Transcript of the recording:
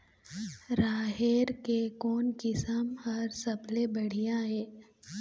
राहेर के कोन किस्म हर सबले बढ़िया ये?